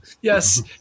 yes